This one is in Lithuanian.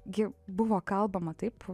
gi buvo kalbama taip